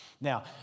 Now